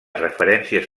referències